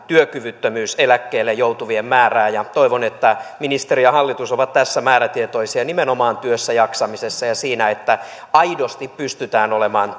työkyvyttömyyseläkkeelle joutuvien määrää toivon että ministeri ja hallitus ovat tässä määrätietoisia nimenomaan työssäjaksamisessa ja siinä että aidosti pystytään olemaan